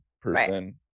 person